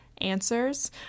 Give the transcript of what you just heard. answers